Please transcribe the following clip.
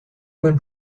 bonne